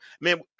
man